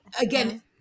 again